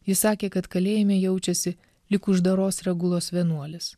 jis sakė kad kalėjime jaučiasi lyg uždaros regulos vienuolis